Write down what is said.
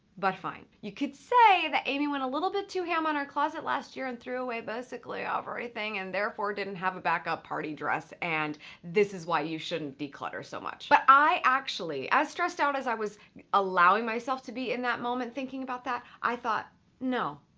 but fine. you could say that amy went a little bit too ham on her closet last year and threw away basically anything and therefore didn't have a back-up party dress, and this is why you shouldn't declutter so much. but i actually, as stressed out as i was allowing myself to be in that moment thinking about that, i thought no,